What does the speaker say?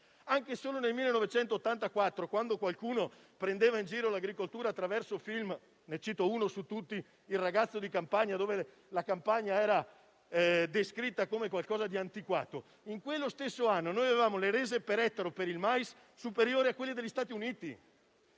Anche solo nel 1984, quando qualcuno prendeva in giro l'agricoltura attraverso i film - ne cito uno su tutti, «Il ragazzo di campagna» - in cui la campagna era descritta come qualcosa di antiquato, in quello stesso anno avevamo le rese per ettaro per il mais superiori a quelle degli Stati Uniti.